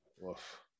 woof